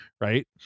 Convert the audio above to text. right